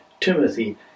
Timothy